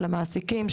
של המעסיקים,